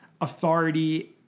authority